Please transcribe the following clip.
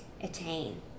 attain